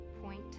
point